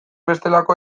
bestelako